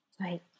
Right